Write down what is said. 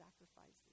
sacrifices